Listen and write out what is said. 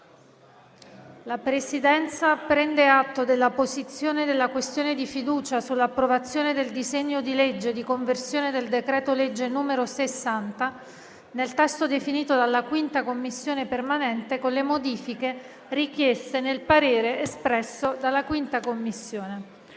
La Presidenza prende atto della posizione della questione di fiducia sull'approvazione del disegno di legge di conversione del decreto-legge n. 60, nel testo proposto dalla Commissione, con le modifiche richieste nel parere espresso dalla 5a Commissione